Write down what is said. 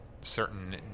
certain